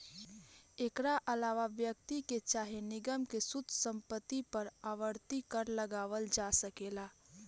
एकरा आलावा व्यक्ति के चाहे निगम के शुद्ध संपत्ति पर आवर्ती कर लगावल जा सकेला